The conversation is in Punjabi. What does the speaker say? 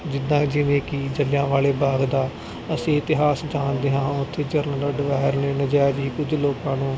ਜਿੱਦਾਂ ਜਿਵੇਂ ਕਿ ਜਲ੍ਹਿਆਂ ਵਾਲੇ ਬਾਗ ਦਾ ਅਸੀਂ ਇਤਿਹਾਸ ਜਾਣਦੇ ਹਾਂ ਉੱਥੇ ਜਰਨਲ ਡਾਇਰ ਨੇ ਨਜ਼ਾਇਜ਼ ਹੀ ਕੁਝ ਲੋਕਾਂ ਨੂੰ